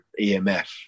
EMF